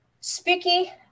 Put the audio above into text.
spooky